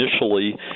initially